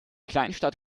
kleinstadt